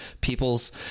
people's